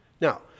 Now